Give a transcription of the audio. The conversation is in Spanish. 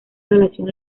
relación